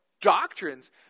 doctrines